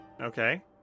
Okay